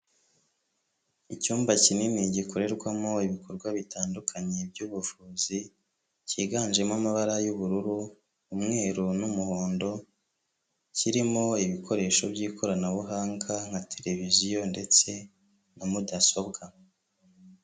Icyumba kinini gikorerwamo ibikorwa bitandukanye by'ubuvuzi cyiganjemo amabara y'ubururu, umweru n'umuhondo kirimo ibikoresho by'ikoranabuhanga nka televiziyo ndetse na mudasobwa.